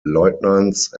lieutenants